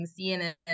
CNN